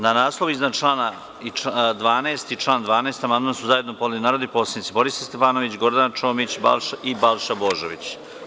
Na naslov iznad člana 12. i član 12. amandman su zajedno podneli narodni poslanici Borislav Stefanović, Gordana Čomić i Balša Božović.